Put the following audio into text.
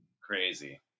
crazy